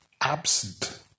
absent